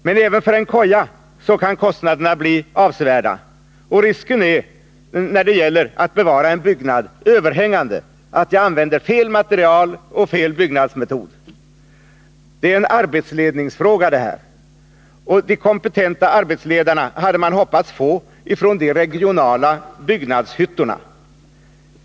Men även för en koja kan kostnaderna bli avsevärda. När det gäller att bevara en byggnad är risken överhängande att man använder fel material och fel byggnadsmetod. Detta är en arbetsledningsfråga. De kompetenta arbetsledarna hade man hoppats få genom de regionala byggnadshyttorna.